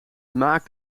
maak